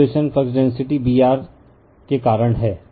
saturation flux density B r के कारण है